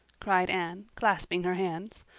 cried anne, clasping her hands,